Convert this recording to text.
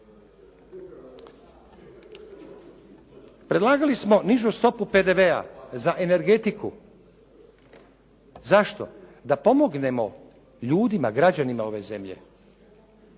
Predlagali smo nižu stopu PDV-a za energetiku. Zašto? Da pomognemo ljudima, građanima ove zemlje.